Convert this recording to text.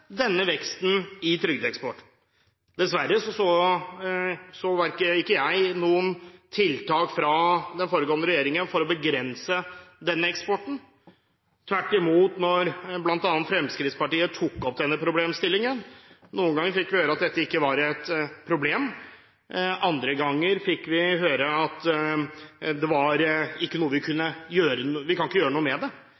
denne veksten i trygdeeksport. Dessverre så jeg ingen tiltak fra den foregående regjeringen for å begrense den eksporten – tvert imot. Da bl.a. Fremskrittspartiet tok opp denne problemstillingen, fikk vi noen ganger høre at dette ikke var et problem, andre ganger fikk vi høre at det ikke var noe vi kunne